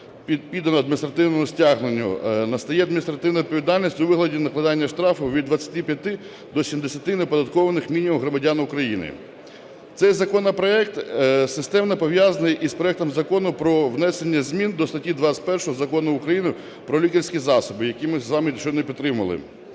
піддано адміністративному стягненню, настає адміністративна відповідальність у вигляді накладання штрафу від 25 до 70 неоподаткованих мінімумів громадян України. Цей законопроект системно пов'язаний із проектом Закону про внесення змін до статті 21 Закону України "Про лікарські засоби", який ми з вами щойно підтримали,